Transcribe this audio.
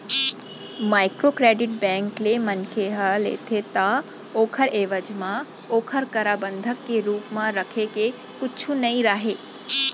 micro credit bank ले मनखे ह लेथे ता ओखर एवज म ओखर करा बंधक के रुप म रखे के कुछु नइ राहय